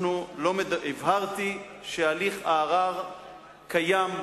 הבהרתי שהליך הערר קיים,